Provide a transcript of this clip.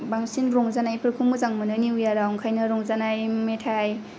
बांसिन रंजानायफोरखौ मोजां मोनो न्युयियाराव ओंखायनो रंजानाय मेथाय